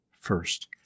first